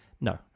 No